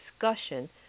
discussion